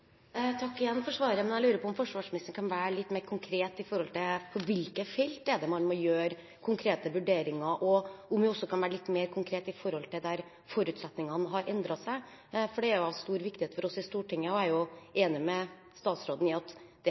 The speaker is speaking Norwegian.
Jeg takker igjen for svaret, men jeg lurer på om forsvarsministeren kan være litt mer konkret med hensyn til på hvilke felt man må gjøre konkrete vurderinger, og om hun også kan være litt mer konkret der forutsetningene har endret seg, for dette er av stor viktighet for oss i Stortinget. Jeg er enig med statsråden i at dette er et komplekst område, og det